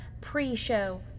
pre-show